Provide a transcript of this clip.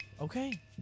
Okay